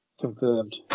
confirmed